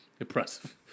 Impressive